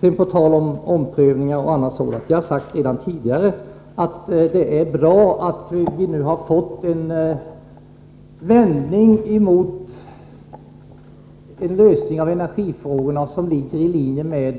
Jag har, på tal om omprövningar, redan tidigare framhållit att det är bra att vi nu har fått en vändning mot en lösning av energifrågorna som ligger i linje med